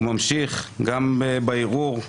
וגם בערעור,